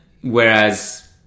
whereas